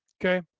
okay